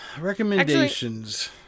recommendations